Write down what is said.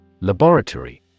Laboratory